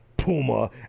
Puma